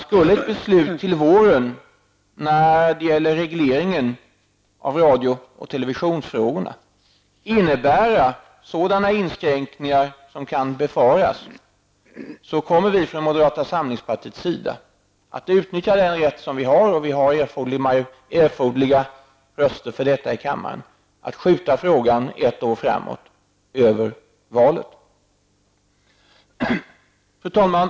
Skulle ett beslut till våren i frågan om reglering av radio och TV-frågorna innebära sådana inskränkningar som kan befaras, då kommer vi i moderata samlingspartiet att utnyttja denna vår rätt. Vi får också erforderligt antal röster för det i kammaren. Frågans avgörande kommer i så fall att skjutas ett år framåt i tiden dvs. över valet nästa höst. Fru talman!